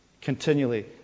continually